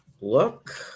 look